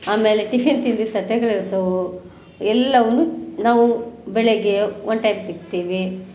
ಆಮೇಲೆ ಟಿಫಿನ್ ತಿಂದಿದ್ದ ತಟ್ಟೆಗಳಿರ್ತವೆ ಎಲ್ಲವನ್ನೂ ನಾವು ಬೆಳಗ್ಗೆ ಒನ್ ಟೈಮ್ ತಿಕ್ತೀವಿ